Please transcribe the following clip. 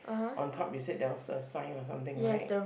on top you said there was a sign or something right